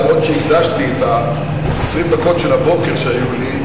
למרות שהקדשתי את 20 הדקות של הבוקר שהיו לי,